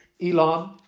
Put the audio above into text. elon